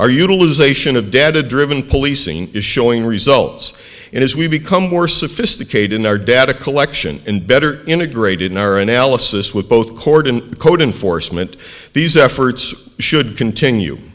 our utilization of data driven policing is showing results and as we become more sophisticated in our data collection and better integrated in our analysis with both cord and code enforcement these efforts should continue